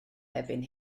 erbyn